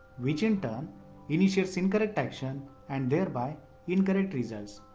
which in turn initiates incorrect action and thereby incorrect results.